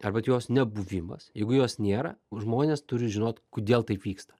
ar vat jos nebuvimas jeigu jos nėra žmonės turi žinot kodėl taip vyksta